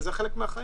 זה חלק מהחיים.